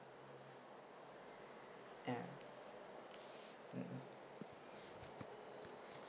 and mmhmm